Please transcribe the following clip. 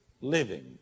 living